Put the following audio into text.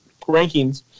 rankings